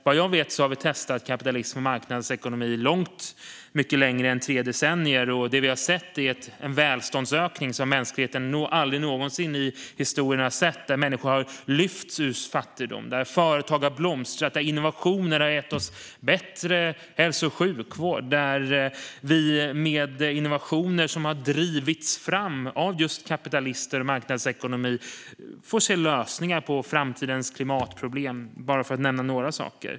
Vad jag vet har vi testat kapitalism och marknadsekonomi mycket längre än tre decennier, och det vi har sett är en välståndsökning som mänskligheten nog aldrig någonsin i historien har sett - där människor har lyfts ur fattigdom, där företag har blomstrat, där innovationer har gett oss bättre hälso och sjukvård och där vi med innovationer som drivits fram av just kapitalister och marknadsekonomi har fått se lösningar på framtidens klimatproblem, för att bara nämna några saker.